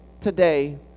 today